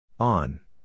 On